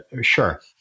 sure